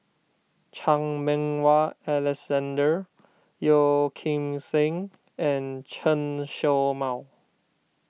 Chan Meng Wah Alexander Yeo Kim Seng and Chen Show Mao